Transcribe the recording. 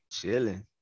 Chilling